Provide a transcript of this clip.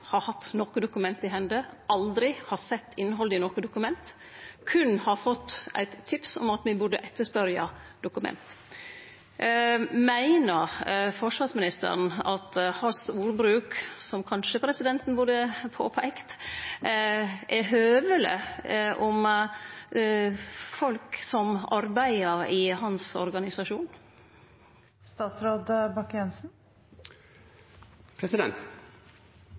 hatt noko dokument i hende, aldri har sett innhaldet i noko dokument, men berre har fått eit tips om at me burde etterspørje dokument. Meiner forsvarsministeren at hans ordbruk – som presidenten kanskje burde ha påtalt – er høveleg om folk som arbeider i hans organisasjon?